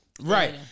Right